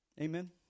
Amen